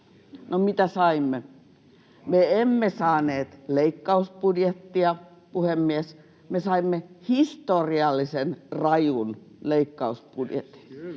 No mitä saimme? Me emme saaneet leikkausbudjettia, puhemies, me saimme historiallisen rajun leikkausbudjetin,